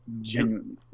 Genuinely